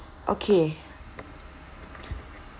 okay